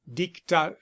dicta